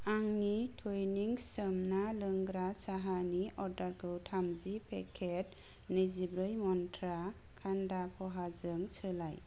आंनि त्विनिंस सोमना लोंग्रा साहानि अर्डारखौ थामजि पेकेट नैजिब्रै मनत्रा कान्दा प'हाजों सोलाय